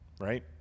right